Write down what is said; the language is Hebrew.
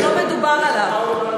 זה לא מדובר עליו.